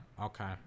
okay